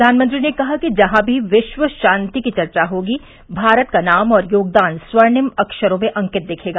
प्रधानमंत्री ने कहा कि जहां भी विश्व शांति की चर्चा होगी भारत का नाम और योगदान स्वर्णिम अक्षरों में अंकित दिखेगा